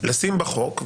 לשים בחוק,